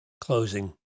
closing